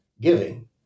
giving